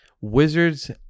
Wizards